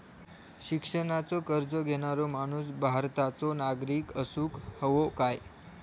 शिक्षणाचो कर्ज घेणारो माणूस भारताचो नागरिक असूक हवो काय?